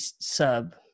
sub